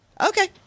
Okay